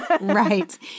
Right